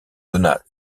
donna